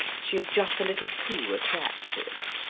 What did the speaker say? she is just a little too attractive.